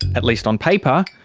at least on paper,